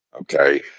okay